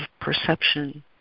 perception